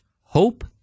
Hope